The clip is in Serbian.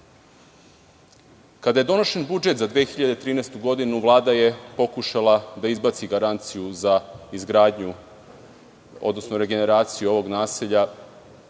je donošen budžet za 2013. godinu, Vlada je pokušala da izbaci garanciju za izgradnju, odnosno regeneraciju ovog naselja